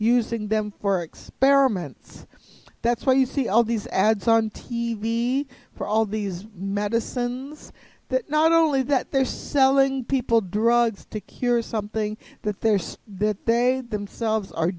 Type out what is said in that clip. using them for experiments that's why you see all these ads on t v for all these medicines that not only that they're selling people drugs to cure something that they're so that they themselves are